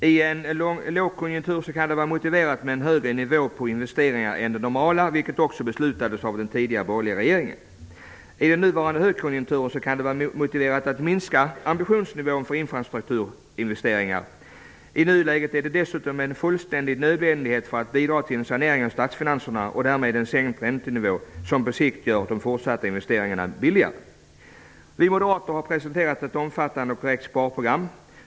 I en lågkonjunktur kan det vara motiverat med en högre nivå än den normala på investeringar, vilket också beslutades om av den borgerliga regeringen. I nuvarande högkonjunktur kan det vara motiverat att minska ambitionsnivån för infrastrukturinvesteringar. I nuläget är det dessutom en fullständig nödvändighet för att bidra till en sanering av statsfinanserna och därmed en sänkt räntenivå, vilket på sikt gör de fortsatta investeringarna billigare. Vi moderater har presenterat ett omfattande och konkret sparprogram.